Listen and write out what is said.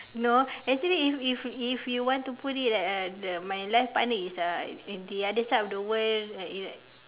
no actually if if if you want to put it like uh the my life partner is uh in the other side of the world